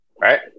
right